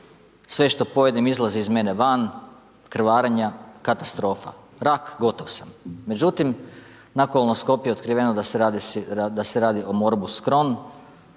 sve što pojedem izlazi iz mene van, krvarenja, katastrofa, rak, gotov sam. Na kolonoskopiji je otkriveno da se radi o morbus chron.